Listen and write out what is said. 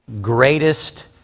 greatest